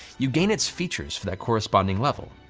you gain its features for that corresponding level.